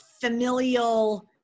familial